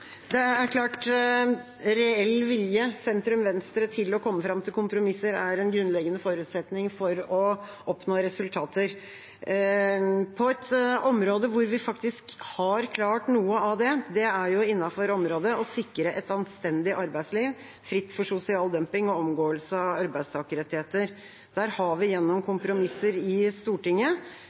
Det er klart at reell vilje hos sentrum–venstre til å komme fram til kompromisser er en grunnleggende forutsetning for å oppnå resultater. Et område hvor vi faktisk har klart noe av det, er innenfor det å sikre et anstendig arbeidsliv, fritt for sosial dumping og omgåelse av arbeidstakerrettigheter. Der har vi gjennom kompromisser i Stortinget